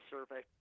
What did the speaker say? Survey